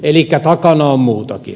elikkä takana on muutakin